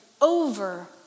over